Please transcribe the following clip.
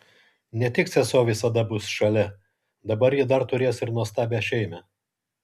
ne tik sesuo visada bus šalia dabar ji dar turės ir nuostabią šeimą